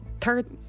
Third